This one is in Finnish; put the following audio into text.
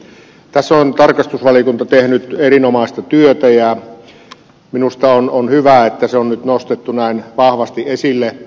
tässä on tarkastusvaliokunta tehnyt erinomaista työtä ja minusta on hyvä että se on nyt nostettu näin vahvasti esille